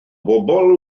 bobl